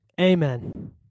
Amen